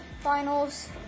finals